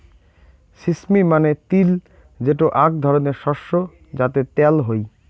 sesame মানে তিল যেটো আক ধরণের শস্য যাতে ত্যাল হই